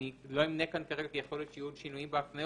אני לא אפנה כאן כרגע כי יכול להיות שיהיו עוד שינויים בהפניות.